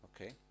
Okay